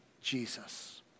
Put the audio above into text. Jesus